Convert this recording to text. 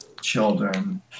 children